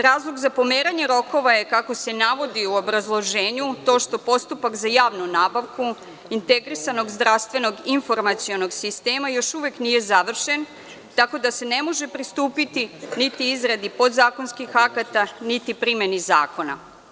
Razlog za pomeranje rokova je, kako se navodi u obrazloženju to što postupak za javnu nabavku, integrisanog zdravstvenog informacionog sistema, još uvek nije završen tako da se ne može pristupiti niti izradi podzakonskih akata, niti primeni zakona.